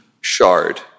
shard